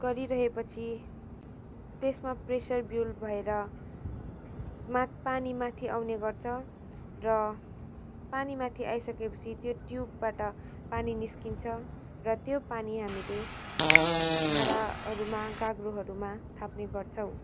गरिरहेपछि त्यसमा pressure built भएर माथ पानी माथि आउने गर्छ र पानी माथि आइसकेपछि त्यो ट्युबबाट पानी निस्किन्छ र त्यो पानी हामीले भाँडाहरूमा गाग्रोहरूमा थाप्ने गर्छौँ